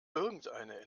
irgendeine